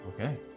Okay